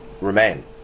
remain